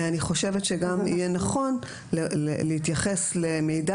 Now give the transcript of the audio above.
אני חושבת שיהיה נכון להתייחס גם למידע